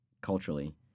culturally